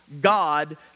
God